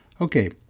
Okay